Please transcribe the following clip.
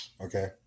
Okay